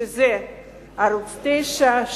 שזה ערוץ-9,